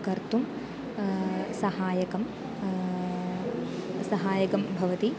कर्तुं सहायकं सहायकं भवति